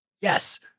Yes